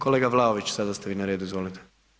Kolega Vlaović sada ste vi na redu, izvolite.